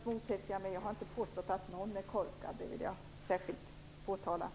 Fru talman! Jag har inte påstått att någon är korkad. Det vill jag särskilt påtala.